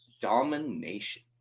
domination